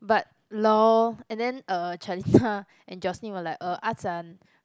but lol and then uh Chalita and Jocelyn were like uh Ah-Zhan